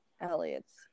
Elliot's